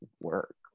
work